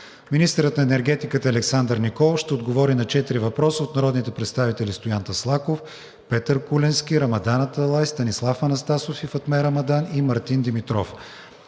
министърът на енергетиката Александър Николов ще отговори на четири въпроса от народните представители Стоян Таслаков; Петър Куленски; Рамадан Аталай, Станислав Анастасов и Фатме Рамадан; и Мартин Димитров;